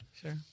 Sure